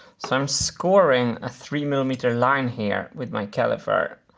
so i'm scoring a three millimeter line here with my caliper.